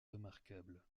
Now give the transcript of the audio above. remarquable